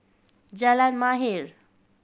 Jalan Mahir